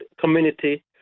community